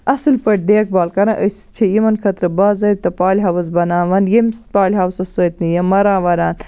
اَصٕل پٲٹھۍ دیکھ بال کَران أسۍ چھِ یِمن خٲطرٕ باضٲبِطہٕ پالہِ ہاوُس بَناوان یَمہِ سۭتۍ پالہِ ہاوسہٕ سۭتۍ یِم نہٕ مَران وَران